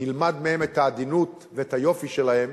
נלמד מהם את העדינות, ואת היופי שלהם,